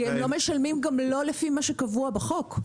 הם לא משלמים גם לפי מה שקבוע בחוק.